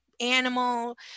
animal